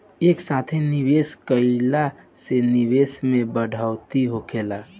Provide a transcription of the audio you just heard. एक साथे निवेश कईला से निवेश में बढ़ोतरी होखेला